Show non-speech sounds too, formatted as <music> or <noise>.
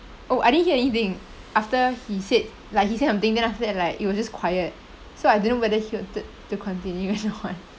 oh I didn't hear anything after he said like he said something then after that like it was just quiet so I didn't whether he wanted to continue <laughs>